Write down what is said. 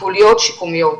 טיפולית שיקומיות,